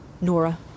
Nora